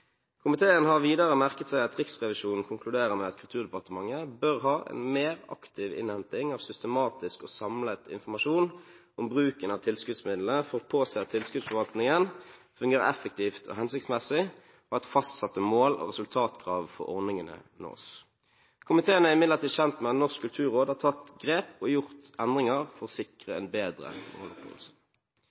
har komiteen merket seg at Riksrevisjonen konkluderer med at Kulturdepartementet bør ha en mer aktiv innhenting av systematisk og samlet informasjon om bruken av tilskuddsmidlene for å påse at tilskuddsforvaltningen fungerer effektivt og hensiktsmessig, og at fastsatte mål og resultatkrav for ordningene nås. Komiteen er imidlertid kjent med at Norsk kulturråd har tatt grep og gjort endringer for å sikre en bedre